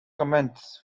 comments